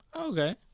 Okay